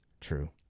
True